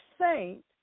saint